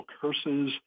curses